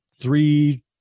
three